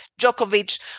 Djokovic